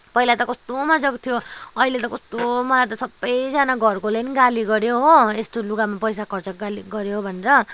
पहिला त कस्तो मज्जाको थियो अहिले त कस्तो मलाई त सबैजना घरकोले नि गाली गऱ्यो हो यस्तो लुगामा पैसा खर्च गाली गऱ्यो भनेर